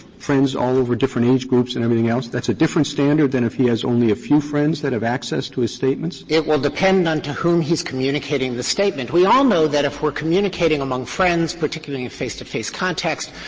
friends all over different age groups and everything else, that's a different standard than if he has only a few friends that have access to his statements? dreeben it will depend on to whom he is communicating the statement. we all know that if we're communicating among friends, particularly in face-to-face context,